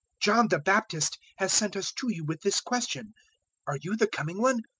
john the baptist has sent us to you with this question are you the coming one,